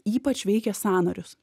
ypač veikia sąnarius